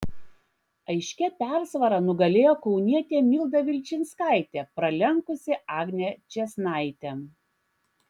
aiškia persvara nugalėjo kaunietė milda vilčinskaitė pralenkusi agnę čėsnaitę